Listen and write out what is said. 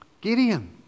Gideon